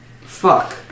Fuck